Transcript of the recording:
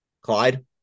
Clyde